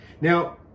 Now